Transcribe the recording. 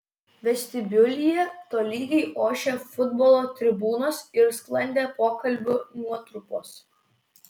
vestibiulyje tolygiai ošė futbolo tribūnos ir sklandė pokalbių nuotrupos